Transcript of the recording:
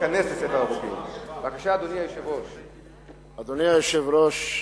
אדוני היושב-ראש,